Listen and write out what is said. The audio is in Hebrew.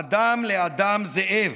אדם לאדם זאב.